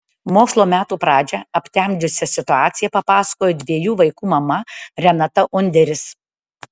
mokslo metų pradžią aptemdžiusią situaciją papasakojo dviejų vaikų mama renata underis